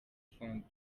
fund